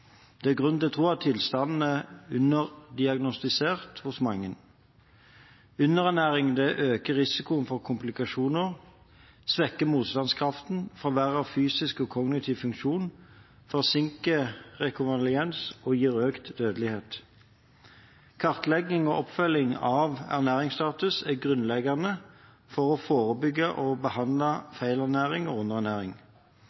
øker risikoen for komplikasjoner, svekker motstandskraften, forverrer fysisk og kognitiv funksjon, forsinker rekonvalesens og gir økt dødelighet. Kartlegging og oppfølging av ernæringsstatus er grunnleggende for å forebygge og behandle feilernæring og